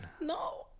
No